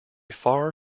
far